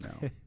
no